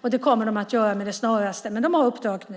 och det kommer de att göra med det snaraste. De har uppdraget nu.